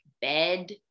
bed